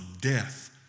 death